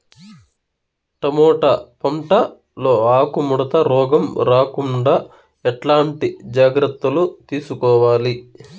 Tomato పంట లో ఆకు ముడత రోగం రాకుండా ఎట్లాంటి జాగ్రత్తలు తీసుకోవాలి?